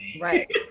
Right